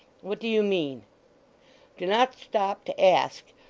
what do you mean do not stop to ask.